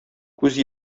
күз